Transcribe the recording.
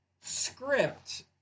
script